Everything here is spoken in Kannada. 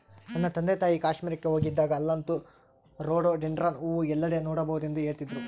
ನನ್ನ ತಂದೆತಾಯಿ ಕಾಶ್ಮೀರಕ್ಕೆ ಹೋಗಿದ್ದಾಗ ಅಲ್ಲಂತೂ ರೋಡೋಡೆಂಡ್ರಾನ್ ಹೂವು ಎಲ್ಲೆಡೆ ನೋಡಬಹುದೆಂದು ಹೇಳ್ತಿದ್ರು